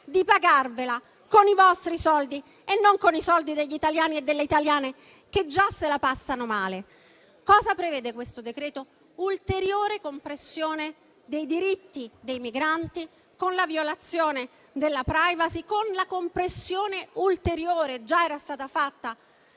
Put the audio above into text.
di pagarvela con i vostri soldi e non con i soldi degli italiani e delle italiane, che già se la passano male. Cosa prevede questo decreto? Ulteriore compressione dei diritti dei migranti con la violazione della *privacy*, con la compressione ulteriore, che già era stata fatta,